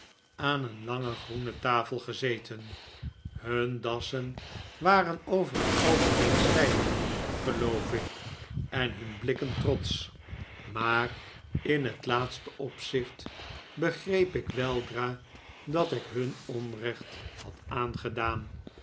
aan een lange groene tafel gezeten hun dassen waren over het algemeen stijf geloof ik en hun blikken trotsch maar in het laatste opzicht begreep ik weldra dat ik hun onrecht had aangedaan